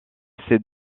ces